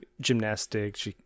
gymnastics